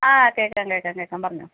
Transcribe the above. ആ കേൾക്കാം കേൾക്കാം കേൾക്കാം പറഞ്ഞോ